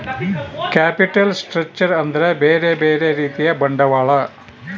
capital structure ಅಂದ್ರ ಬ್ಯೆರೆ ಬ್ಯೆರೆ ರೀತಿಯ ಬಂಡವಾಳ